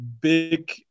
big